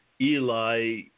Eli